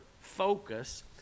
focus